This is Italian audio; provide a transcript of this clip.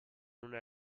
una